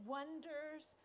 Wonders